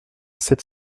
sept